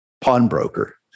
pawnbroker